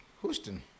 Houston